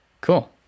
cool